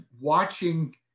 watching